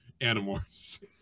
animorphs